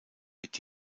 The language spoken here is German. mit